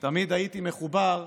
תמיד הייתי מחובר",